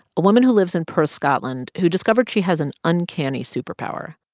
a woman who lives in perth, scotland, who discovered she has an uncanny superpower